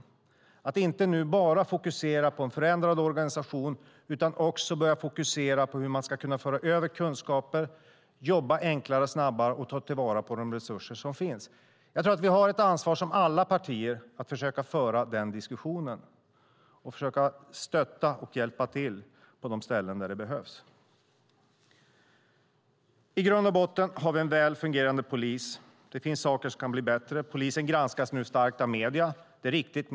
Det handlar om att nu inte bara fokusera på en förändrad organisation utan också börja fokusera på hur man ska föra över kunskaper, jobba enklare och snabbare och ta till vara de resurser som finns. Vi har alla partier ett ansvar att försöka föra den diskussionen och försöka stötta och hjälpa till på de ställen där det behövs. I grund och botten har vi en väl fungerande polis. Det finns saker som kan bli bättre. Polisen granskas nu starkt av medierna. Det är riktigt.